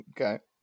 Okay